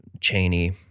Cheney